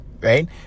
right